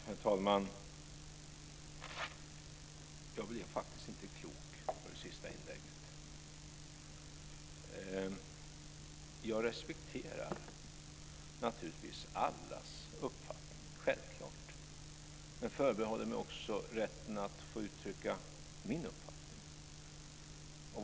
Herr talman! Jag blir faktiskt inte klok på det sista inlägget här. Jag respekterar naturligtvis allas uppfattning men förbehåller mig också rätten att få uttrycka min uppfattning.